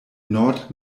nord